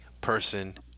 person